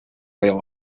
rail